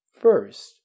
first